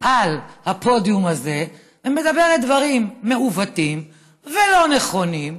על הפודיום הזה ואומרת דברים מעוותים ולא נכונים,